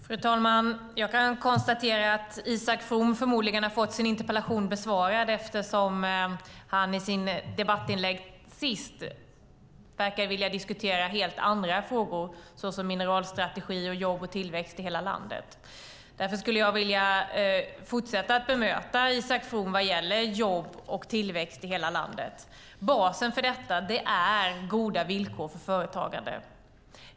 Fru talman! Jag kan konstatera att Isak From förmodligen har fått sin interpellation besvarad eftersom han i sitt senaste debattinlägg verkade vilja diskutera helt andra frågor, såsom mineralstrategi och jobb och tillväxt i hela landet. Därför skulle jag vilja fortsätta att bemöta Isak From vad gäller jobb och tillväxt i hela landet. Basen för detta är goda villkor för företagande.